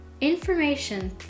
Information